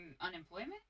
unemployment